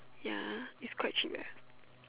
ya is quite cheap eh